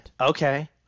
Okay